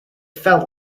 felt